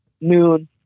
noon